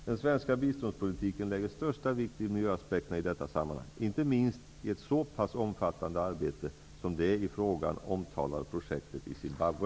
Den svenska biståndspolitiken lägger största vikt vid miljöaspekterna i alla sammanhang, inte minst i ett så pass omfattande arbete som det i frågan omtalade projektet i Zimbabwe.